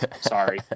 Sorry